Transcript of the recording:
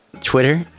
Twitter